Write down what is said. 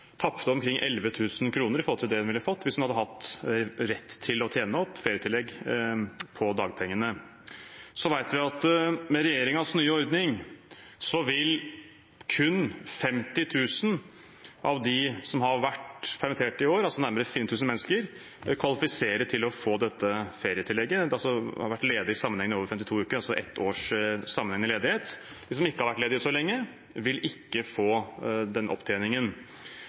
tapte omkring 11 000 kr i forhold til det hun ville fått hvis hun hadde hatt rett til å tjene opp ferietillegg på dagpengene. Vi vet at med regjeringens nye ordning vil kun 50 000 av dem som har vært permitterte i år – nærmere 400 000 mennesker – kvalifisere til å få dette ferietillegget, dvs. de som har vært sammenhengende ledig i over 52 uker, altså ett års sammenhengende ledighet. De som ikke har vært ledige så lenge, vil ikke få den opptjeningen.